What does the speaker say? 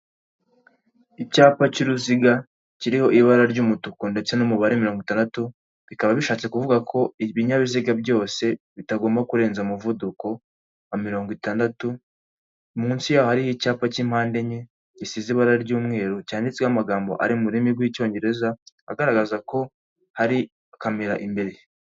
Icyapa cy'uruziga kiriho ibara ry'umutuku ndetse n'umubare mirongo itandatu, bikaba bishatse kuvuga ko ibinyabiziga byose bitagomba kurenza umuvuduko wa mirongo itandatu, munsi yaho hari icyapa cy'impande enye, gisize ibara ry'umweru, cyanditseho amagambo ari mu rurimi rw'icyongereza, agaragaza ko hari kamera imbere.